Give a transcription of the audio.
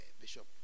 Bishop